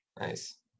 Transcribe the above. nice